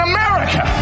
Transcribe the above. America